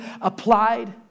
applied